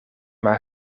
maar